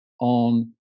on